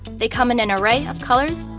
they come in an array of colors,